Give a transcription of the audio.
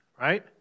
right